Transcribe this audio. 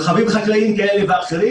מרחבים חקלאיים כאלה ואחרים,